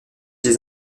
des